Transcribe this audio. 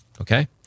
okay